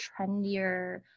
trendier